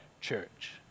church